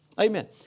Amen